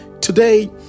Today